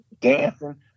dancing